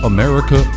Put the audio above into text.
America